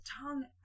tongue